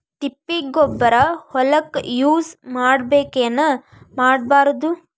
ತಿಪ್ಪಿಗೊಬ್ಬರ ಹೊಲಕ ಯೂಸ್ ಮಾಡಬೇಕೆನ್ ಮಾಡಬಾರದು?